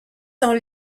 sont